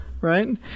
right